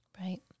Right